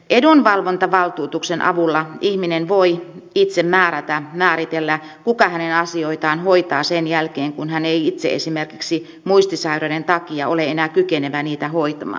edunvalvontavaltuutuksen avulla ihminen voi itse määrätä määritellä kuka hänen asioitaan hoitaa sen jälkeen kun hän ei itse esimerkiksi muistisairauden takia ole enää kykenevä niitä hoitamaan